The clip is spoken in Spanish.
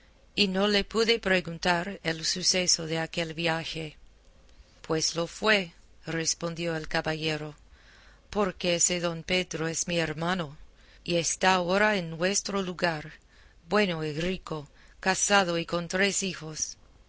y no le pude preguntar el suceso de aquel viaje pues lo fue respondió el caballero porque ese don pedro es mi hermano y está ahora en nuestro lugar bueno y rico casado y con tres hijos